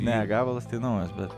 ne gabalas tai naujas bet